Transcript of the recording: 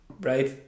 right